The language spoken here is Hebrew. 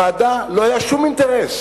לוועדה לא היה שום אינטרס